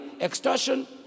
extortion